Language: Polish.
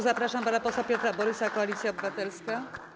Zapraszam pana posła Piotra Borysa, Koalicja Obywatelska.